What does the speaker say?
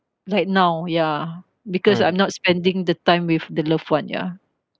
like now ya because I'm not spending the time with the loved one ya